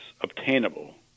obtainable